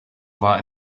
war